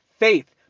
Faith